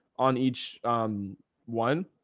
on each one.